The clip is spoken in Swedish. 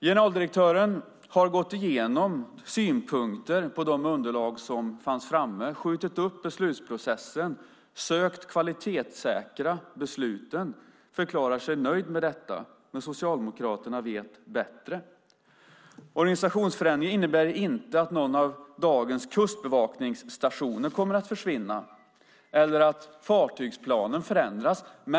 Generaldirektören har gått igenom synpunkter på de underlag som fanns, skjutit upp beslutsprocessen, sökt kvalitetssäkra besluten och förklarat sig nöjd med detta. Men Socialdemokraterna vet bättre. Organisationsförändringen innebär inte att någon av dagens kustbevakningsstationer kommer att försvinna eller att fartygsplanen förändras.